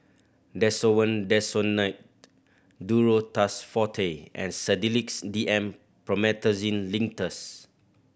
Desowen Desonide Duro Tuss Forte and Sedilix D M Promethazine Linctus